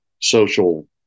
social